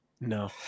No